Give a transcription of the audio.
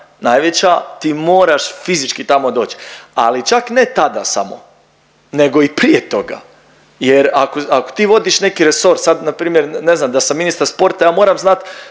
ti moraš fizički tamo doć. Ali čak ne tada samo nego i prije toga jer ako, ako ti vodiš neki resor. Sad npr. ne znam, da sam ministar sporta ja moram znat